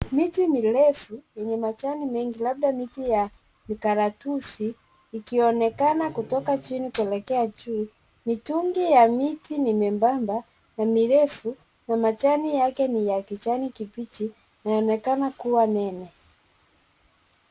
Miti mirefu yenye majani mengi labda miti ya vikaratusi ikionekana kutoka chini kuelekea juu, mitungi ya miti ni membamba na mirefu na majani yake ni ya kijani kibichi inaonekana kuwa nene.